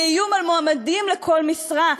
באיום על מועמדים לכל משרה,